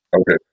Okay